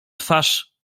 twarz